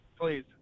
please